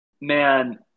man